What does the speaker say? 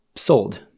Sold